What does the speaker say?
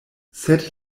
sed